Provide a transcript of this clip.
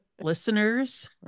listeners